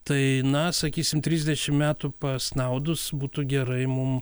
tai na sakysim trisdešim metų pasnaudus būtų gerai mum